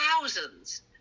thousands